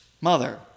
mother